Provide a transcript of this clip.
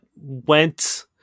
went